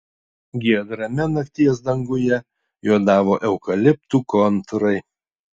giedrame nakties danguje juodavo eukaliptų kontūrai